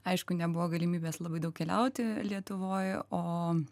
aišku nebuvo galimybės labai daug keliauti lietuvoj o